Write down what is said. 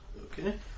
Okay